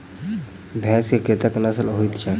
भैंस केँ कतेक नस्ल होइ छै?